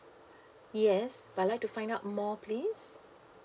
yes I'd like to find out more please